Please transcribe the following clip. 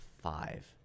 five